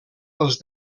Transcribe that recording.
els